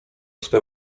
swe